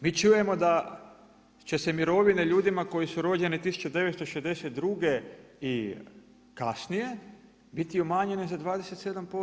Mi čujemo da će se mirovine ljudima koji su rođeni 1962. i kasnije biti umanjene za 27%